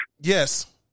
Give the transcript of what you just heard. Yes